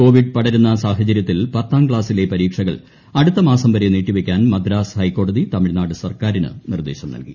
Covid പടരുന്ന സാഹചരൃത്തിൽ പത്താം ക്ലാസ്സിലെ പരീക്ഷകൾ അടുത്ത മാസം വരെ നീട്ടിവക്കാൻ മദ്രാസ് ഹൈക്കോടതി തമിഴ്നാട് സർക്കാരിന് നിർദ്ദേശം നൽകി